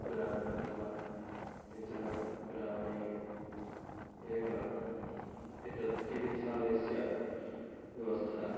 कुग्रामे अथवा केचन ग्रामे एव एतत् चिकित्सालयस्य व्यवस्था